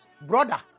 brother